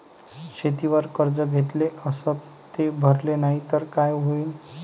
शेतीवर कर्ज घेतले अस ते भरले नाही तर काय होईन?